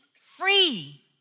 free